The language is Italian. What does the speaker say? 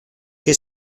che